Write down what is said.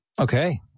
Okay